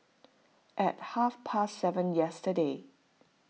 at half past seven yesterday